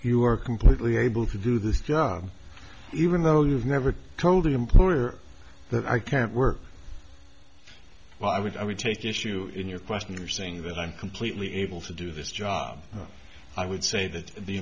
you are completely able to do this job even though you've never told an employer that i can't work well i would i would take issue in your question or saying that i'm completely able to do this job i would say that the